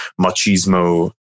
machismo